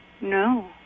No